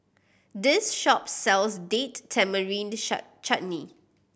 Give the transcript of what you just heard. this shop sells Date Tamarind Chutney